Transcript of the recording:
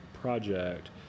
project